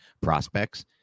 prospects